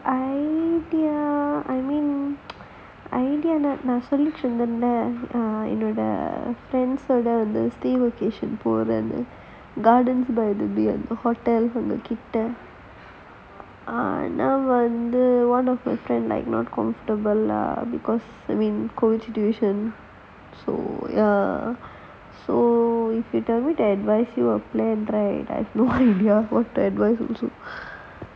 idea I mean நான் சொல்லிட்டு இருந்தேன்ல என்னோட ஓட வந்து போறேன்னு:naan ennoda sollittu irunthaenla oda vanthu poraennu garden by the bay and hotel கிட்ட ஆனா வந்து:kitta aanaa vanthu like not comfortable lah because COVID situation so any advice right there's no idea also